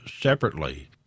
separately